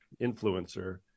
influencer